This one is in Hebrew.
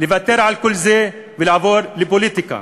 לוותר על כל זה ולעבור לפוליטיקה?